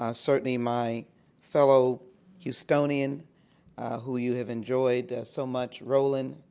um certainly my fellow houstonian who you have enjoyed so much, roland,